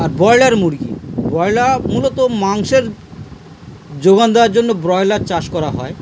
আর broiler মুরগি broiler মূলত মাংসের যোগান দেওয়ার জন্য ব্রয়লার চাষ করা হয়